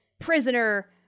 prisoner